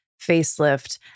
facelift